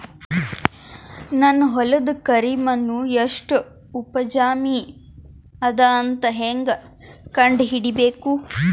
ನನ್ನ ಹೊಲದ ಕರಿ ಮಣ್ಣು ಎಷ್ಟು ಉಪಜಾವಿ ಅದ ಅಂತ ಹೇಂಗ ಕಂಡ ಹಿಡಿಬೇಕು?